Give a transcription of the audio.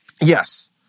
Yes